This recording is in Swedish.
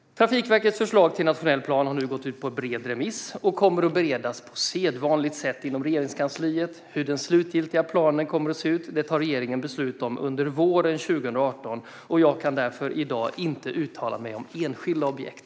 Trafikverkets förslag till nationell plan har nu gått ut på en bred remiss och kommer att beredas på sedvanligt sätt inom Regeringskansliet. Hur den slutliga planen kommer att se ut tar regeringen beslut om under våren 2018, och jag kan därför i dag inte uttala mig om enskilda objekt.